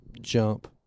jump